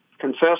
Confess